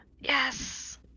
yes